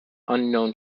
unknown